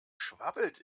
schwabbelt